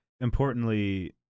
importantly